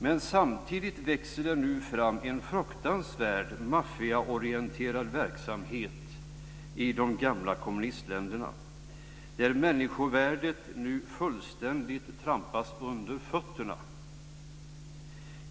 Men samtidigt växer det fram en fruktansvärd maffiaorienterad verksamhet i de gamla kommunistländerna, där människovärdet nu fullständigt trampas under fötterna.